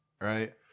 right